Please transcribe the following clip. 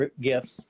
gifts